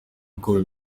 uko